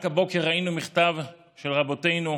רק הבוקר ראינו מכתב של רבותינו,